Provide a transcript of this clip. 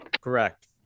correct